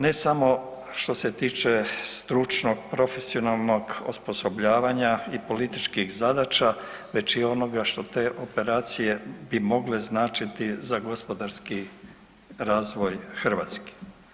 Ne samo što se tiče stručnog, profesionalnog osposobljavanja i političkih zadaća, već i onoga što te operacije bi mogle značiti za gospodarski razvoj Hrvatske.